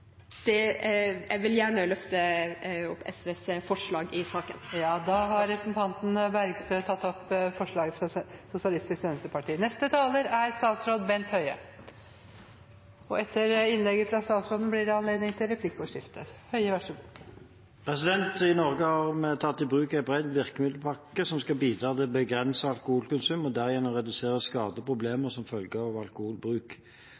på. Jeg tar opp SVs forslag i saken. Representanten Kirsti Bergstø har tatt opp det forslaget hun refererte til. I Norge har vi tatt i bruk en bred virkemiddelpakke som skal bidra til begrenset alkoholkonsum og derigjennom redusere skader og problemer som følge av alkoholbruk.